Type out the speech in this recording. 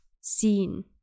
seen